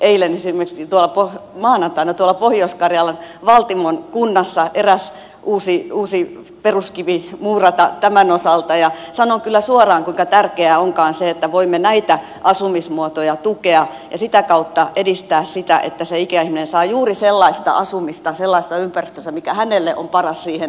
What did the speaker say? minulla oli ilo maanantaina tuolla pohjois karjalan valtimon kunnassa eräs uusi peruskivi muurata tämän osalta ja sanon kyllä suoraan kuinka tärkeää onkaan se että voimme näitä asumismuotoja tukea ja sitä kautta edistää sitä että se ikäihminen saa juuri sellaista asumista sellaisessa ympäristössä mikä hänelle on paras siihen elämäntilanteeseen